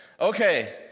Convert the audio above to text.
Okay